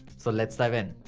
so let's dive in.